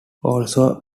also